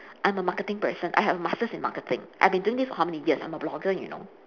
I'm a marketing person I have masters in marketing I've been doing this for how many years I'm a blogger you know